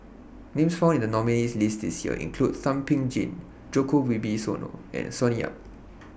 Names found in The nominees' list This Year include Thum Ping Tjin Djoko Wibisono and Sonny Yap